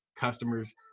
Customers